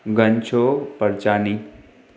घनशो Parchani